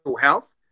health